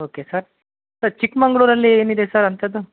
okay sir sir ಚಿಕ್ಮಗಳೂರಲ್ಲಿ ಏನಿದೆ sir ಅಂಥದ್ದು